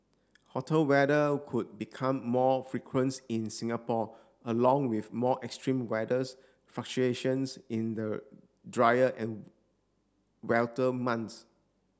hotter weather could become more frequence in Singapore along with more extreme weathers fluctuations in the drier and months